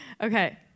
Okay